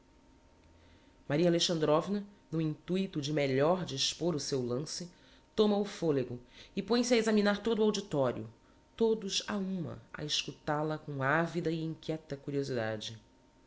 tratando maria alexandrovna no intuito de melhor dispôr o seu lance toma o folego e põe-se a examinar todo o auditorio todos á uma a escutál a com ávida e inquieta curiosidade